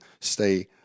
stay